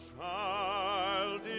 child